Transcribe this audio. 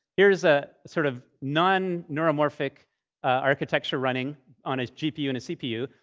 here's a sort of non-neuromorphic architecture running on a gpu and a cpu,